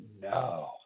no